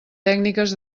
tècniques